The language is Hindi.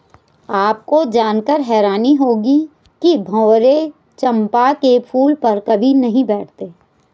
आपको जानकर हैरानी होगी कि भंवरे चंपा के फूल पर कभी नहीं बैठते